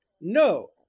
no